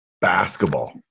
basketball